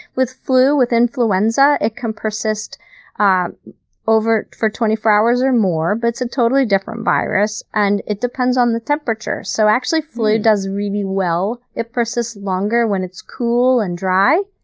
with flu, with influenza, it can persist ah for twenty four hours or more, but it's a totally different virus, and it depends on the temperature. so actually, flu does really well, it persists longer when it's cool and dry,